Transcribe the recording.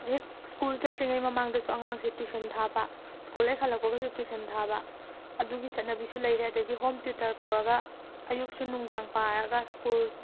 ꯍꯦꯛ ꯁ꯭ꯀꯨꯜ ꯆꯠꯇ꯭ꯔꯤꯉꯩ ꯃꯃꯥꯡꯗꯁꯨ ꯑꯉꯥꯡꯁꯦ ꯇꯨꯏꯁꯟ ꯊꯥꯕ ꯁ꯭ꯀꯨꯜ ꯍꯦꯛ ꯍꯜꯂꯛꯄꯒꯁꯨ ꯇꯨꯏꯁꯟ ꯍꯒꯒꯗꯂ ꯊꯥꯕ ꯑꯗꯨꯒꯤ ꯆꯠꯅꯕꯤꯁꯨ ꯂꯩꯔꯦ ꯑꯗꯒꯤ ꯍꯣꯝ ꯇ꯭ꯌꯨꯇꯔ ꯀꯧꯔꯒ ꯑꯌꯨꯛꯁꯨ ꯅꯨꯡꯗꯥꯡ ꯄꯥꯔꯒ ꯁ꯭ꯀꯨꯜ